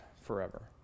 forever